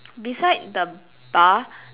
beside the bar